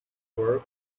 work